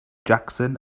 jackson